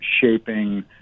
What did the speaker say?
shaping